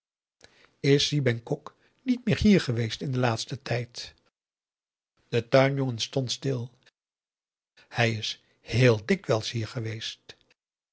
is si bengkok niet meer hier geweest in den laatsten tijd de tuinjongen stond stil hij is heel dikwijls hier geweest